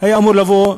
היה אמור לבוא לבד,